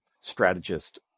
strategist